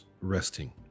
resting